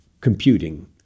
computing